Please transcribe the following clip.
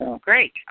Great